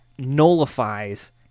nullifies